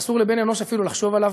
שאסור לבן אנוש אפילו לחשוב עליו,